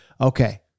Okay